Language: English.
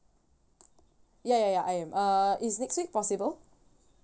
ya ya ya I am uh is next week possible